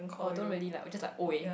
or don't really like or just like !oi!